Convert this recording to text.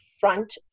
Front